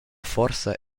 forsa